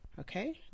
Okay